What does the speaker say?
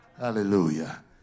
Hallelujah